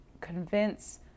convince